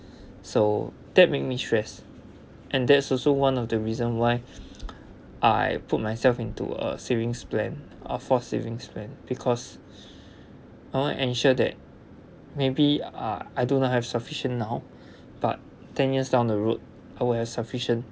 so that made me stress and that's also one of the reason why I put myself into a savings plan or force savings plan because I want ensure that maybe ah I do not have sufficient now but ten years down the road I will have sufficient